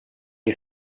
che